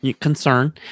Concern